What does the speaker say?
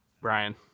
Brian